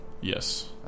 Yes